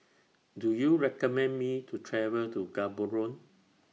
Do YOU recommend Me to travel to Gaborone